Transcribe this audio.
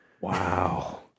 wow